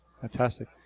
Fantastic